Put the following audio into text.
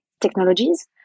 technologies